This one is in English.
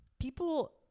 people